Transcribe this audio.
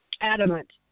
adamant